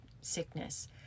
sickness